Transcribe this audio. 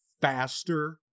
faster